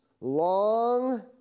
long